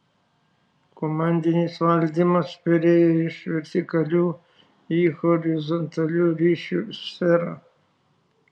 komandinis valdymas perėjo iš vertikalių į horizontalių ryšių sferą